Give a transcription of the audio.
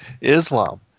Islam